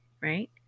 right